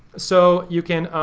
so you can,